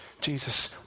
Jesus